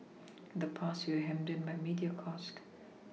in the past we were hemmed in by media cost